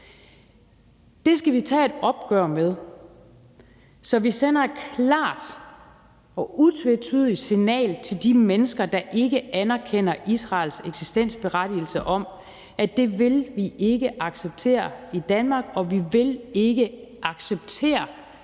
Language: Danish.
Det skal vi tage et opgør med, så vi sender et klart og utvetydigt signal til de mennesker, der ikke anerkender Israels eksistensberettigelse, om, at det vil vi ikke acceptere i Danmark, og at vi ikke vil acceptere